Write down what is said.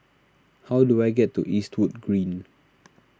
how do I get to Eastwood Green